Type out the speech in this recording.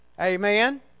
Amen